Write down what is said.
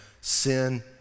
sin